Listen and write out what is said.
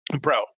bro